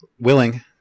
willing